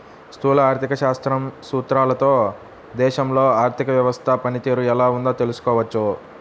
స్థూల ఆర్థిక శాస్త్రం సూత్రాలతో దేశంలో ఆర్థిక వ్యవస్థ పనితీరు ఎలా ఉందో తెలుసుకోవచ్చు